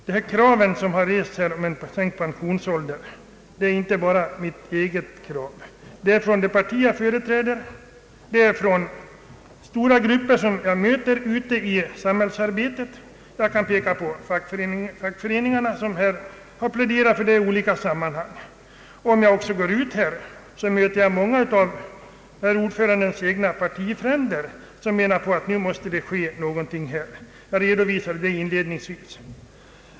Det krav som har rests på en sänkt pensionsålder är inte bara mitt eget, utan det har framställts från det parti jag företräder och från de stora grupper som jag möter ute i samhällsarbetet. Jag kan nämna att fackföreningarna har pläderat för denna sänkning av pensionsåldern i olika sammanhang, och jag har också mött många av utskottsordförandens egna partifränder som menar att det bör ske någonting på detta område — något som jag inledningsvis redovisat.